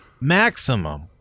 maximum